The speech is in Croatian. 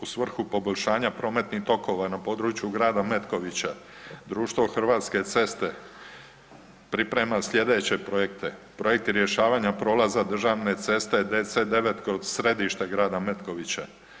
U svrhu poboljšanja prometnih tokova na području grada Metkovića društvo Hrvatske ceste priprema slijedeće projekte, projekti rješavanja prolaza državne ceste DC-9 kroz središte grada Metkovića.